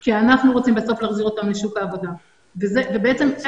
כי אנחנו רוצים בסוף להחזיר אותם לשוק העבודה ובעצם כרגע